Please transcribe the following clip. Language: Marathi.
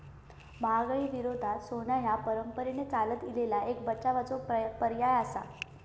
महागाई विरोधात सोना ह्या परंपरेन चालत इलेलो एक बचावाचो पर्याय आसा